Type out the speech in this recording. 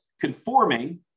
conforming